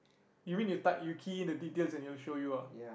you mean you type you key in the details then will show you ah